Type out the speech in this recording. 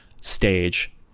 stage